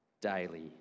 daily